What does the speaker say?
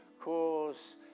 cause